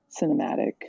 cinematic